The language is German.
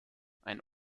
ein